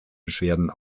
beschwerden